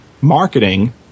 marketing